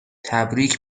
تبریک